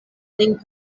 lin